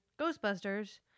Ghostbusters